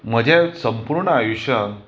म्हज्या संपूर्ण आयुश्यांत